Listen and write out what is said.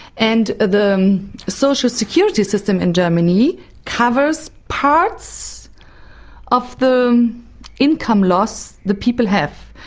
and the the social security system in germany covers parts of the income loss the people have.